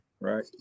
right